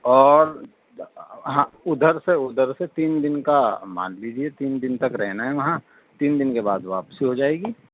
اور ہاں ادھر سے ادھر سے تین دن کا مان لیجیے تین دن تک رہنا ہے وہاں تین دن کے بعد واپسی ہو جائے گی